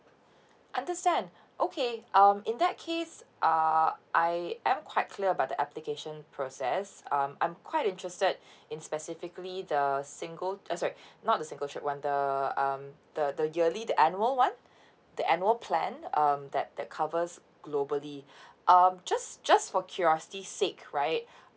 understand okay um in that case uh I I'm quite clear about the application process um I'm quite interested in specifically the single eh sorry not the single trip one the um the the yearly the annual one the annual plan um that that covers globally um just just for curiosity sake right